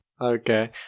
Okay